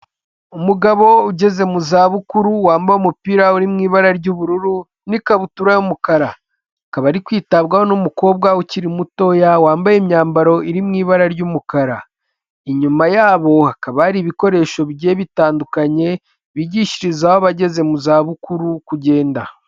Umugabo ugeze mu za bukuru wambaye umupira uri mu ibara ry'ubururu n'ikabutura y'umukara, akaba ari kwitabwaho n'umukobwa ukiri muto wambaye imyambaro iri mu ibara ry'umukara. Inyuma yabo hakaba hari ibikoresho bigiye bitandukanye bigishirizaho abageze mu za bukuru kugenda.